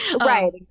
Right